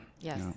Yes